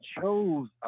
chose